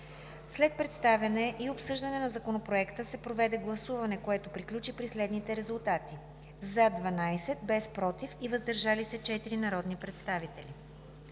След представяне и обсъждане на Законопроекта се проведе гласуване, което приключи при следните резултати: „за“ – 12, без „против“ и „въздържал се“ – 4 народни представители.